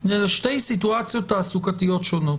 זה שתי סיטואציות תעסוקתיות שונות.